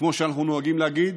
כמו שאנו נוהגים להגיד,